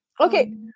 Okay